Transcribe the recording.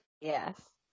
Yes